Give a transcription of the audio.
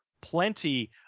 plenty